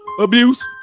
abuse